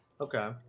Okay